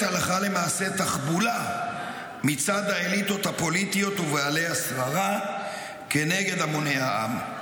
הלכה למעשה תחבולה מצד האליטות הפוליטיות ובעלי השררה כנגד המוני העם.